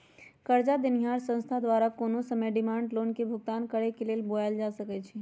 करजा देनिहार संस्था द्वारा कोनो समय डिमांड लोन के भुगतान करेक लेल बोलायल जा सकइ छइ